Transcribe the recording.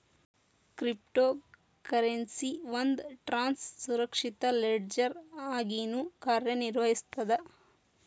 crypto currency ಒಂದ್ ಟ್ರಾನ್ಸ್ನ ಸುರಕ್ಷಿತ ಲೆಡ್ಜರ್ ಆಗಿನೂ ಕಾರ್ಯನಿರ್ವಹಿಸ್ತದ